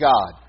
God